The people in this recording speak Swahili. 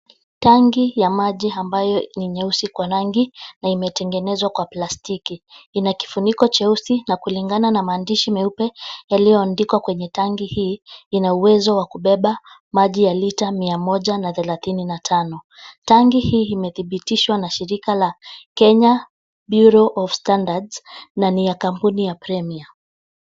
Tangi ya maji ambayo ni nyeusi kwa rangi na imetengenezwa kwa plastiki, ina kifuniko cheusi na kulingana na maandishi meupe yaliondikwa kwenye tangi hii ina uwezo wa kubeba maji ya lita mia moja na thelathini na tano. Tangi hii imethibitishwa na shirika la Kenya Bureau of Standards na ni ya kampuni ya Premier.